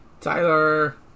Tyler